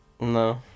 No